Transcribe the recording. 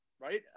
Right